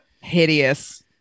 hideous